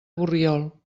borriol